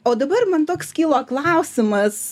o dabar man toks kilo klausimas